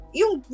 yung